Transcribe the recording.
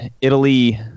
Italy